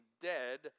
dead